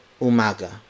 umaga